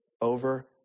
over